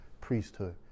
priesthood